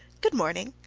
good morning.